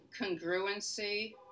congruency